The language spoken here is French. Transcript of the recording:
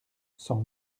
sans